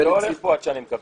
אני לא הולך מפה עד שאני מקבל.